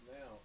now